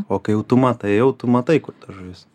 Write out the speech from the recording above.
o kai jau tu matai jau tu matai kur ta žuvis